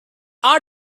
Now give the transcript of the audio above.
are